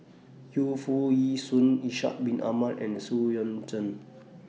Yu Foo Yee Shoon Ishak Bin Ahmad and Xu Yuan Zhen